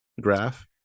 graph